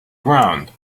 ground